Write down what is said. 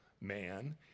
man